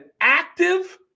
active